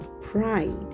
Pride